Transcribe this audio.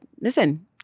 listen